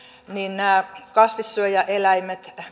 nämä kasvissyöjäeläimet